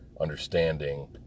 understanding